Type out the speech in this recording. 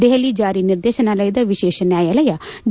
ದೆಹಅಯ ಜಾಲಿ ನಿರ್ದೇಶನಾಲಯದ ವಿಶೇಷ ನ್ಯಾಯಾಲಯ ಡಿ